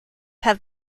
have